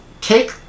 take